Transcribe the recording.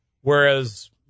Whereas